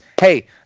hey